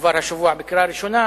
כבר השבוע בקריאה ראשונה,